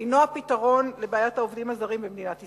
אינו הפתרון לבעיית העובדים הזרים במדינת ישראל.